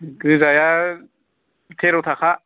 गोजाया थेर'ताखा